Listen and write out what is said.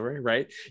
right